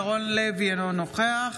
אינו נוכח